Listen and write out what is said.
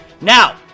Now